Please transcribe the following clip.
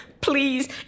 please